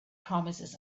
promises